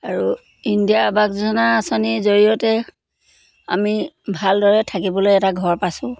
আৰু ইণ্ডিয়া আৱাস যোজনা আঁচনিৰ জৰিয়তে আমি ভালদৰে থাকিবলৈ এটা ঘৰ পাইছোঁ